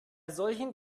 solchen